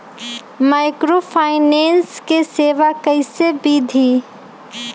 Microfinance के सेवा कइसे विधि?